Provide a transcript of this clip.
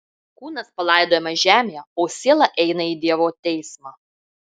kūnas palaidojamas žemėje o siela eina į dievo teismą